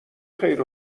خیر